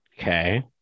Okay